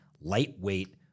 lightweight-